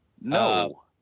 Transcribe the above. No